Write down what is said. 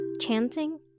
chanting